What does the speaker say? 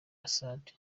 assad